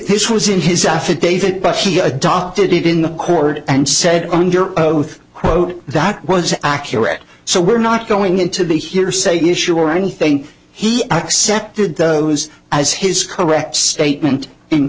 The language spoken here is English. this was in his affidavit but she adopted it in the court and said under oath quote that was accurate so we're not going into the hearsay issue or anything he accepted those as his correct statement in